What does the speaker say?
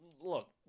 look